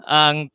ang